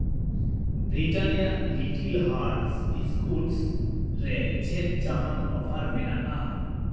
Britannia little hearts biscuits ᱨᱮ ᱪᱮᱫ ᱡᱟᱦᱟᱱ ᱚᱯᱷᱟᱨ ᱢᱮᱱᱟᱜᱼᱟ